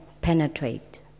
penetrate